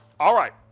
all right.